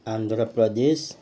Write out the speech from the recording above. Andhra Pradesh